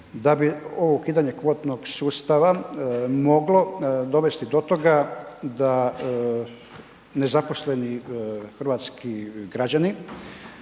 da bi ovo ukidanje kvotnog sustava moglo dovesti do toga da nezaposleni hrvatski građani